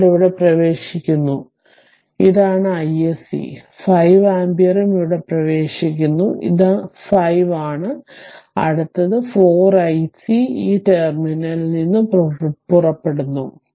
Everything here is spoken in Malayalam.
കറന്റ് ഇവിടെ പ്രവേശിക്കുന്നത് ഇതാണ് iSC 5 ആമ്പിയറും ഇവിടെ പ്രവേശിക്കുന്നു ഇത് 5 ആണ് അടുത്ത 4 iSC ഈ ടെർമിനലിൽ നിന്ന് പുറപ്പെടുന്നു